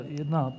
jedna